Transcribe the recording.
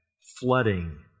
flooding